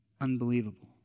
Unbelievable